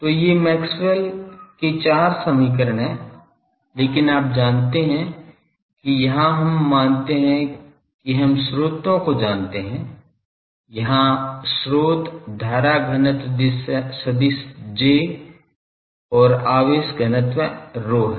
तो ये मैक्सवेल के चार समीकरण हैं लेकिन आप जानते हैं कि यहां हम मानते हैं कि हम स्रोतों को जानते हैं यहां स्रोत धारा घनत्व सदिश J और आवेश घनत्व ρ है